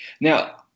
now